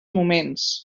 moments